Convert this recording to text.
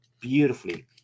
beautifully